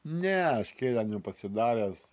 ne aš kėdę nepasidaręs